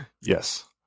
Yes